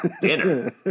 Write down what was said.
dinner